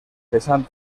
vessant